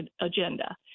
agenda